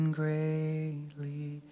greatly